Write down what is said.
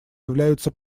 являются